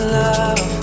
love